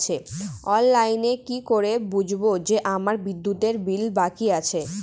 অনলাইনে কি করে বুঝবো যে আমার বিদ্যুতের বিল বাকি আছে?